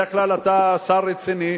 בדרך כלל אתה שר רציני,